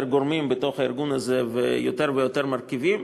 גורמים בתוך הארגון הזה ויותר יותר מרכיבים.